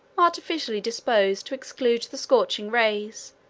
artificially disposed to exclude the scorching rays,